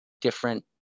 different